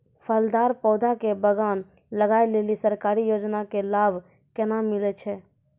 फलदार पौधा के बगान लगाय लेली सरकारी योजना के लाभ केना मिलै छै?